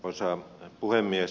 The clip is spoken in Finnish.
arvoisa puhemies